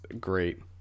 great